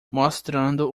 mostrando